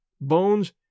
bones